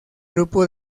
grupo